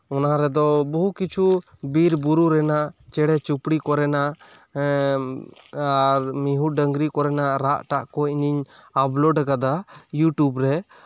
ᱚᱱᱟ ᱨᱮᱫᱚ ᱵᱚᱦᱩ ᱠᱤᱪᱷᱩ ᱵᱤᱨ ᱵᱩᱨᱩ ᱨᱮᱱᱟᱜ ᱪᱮᱬᱮ ᱪᱤᱯᱲᱤ ᱠᱚᱨᱮᱱᱟᱜ ᱮᱸ ᱟᱨ ᱢᱤᱦᱩ ᱰᱟᱹᱝᱨᱤ ᱠᱚᱨᱮᱱᱟᱜ ᱨᱟᱜ ᱴᱟᱜ ᱠᱚ ᱤᱧᱤᱧ ᱟᱯᱞᱳᱰ ᱟᱠᱟᱫᱟ ᱤᱭᱩᱴᱤᱭᱩᱵᱽ ᱨᱮ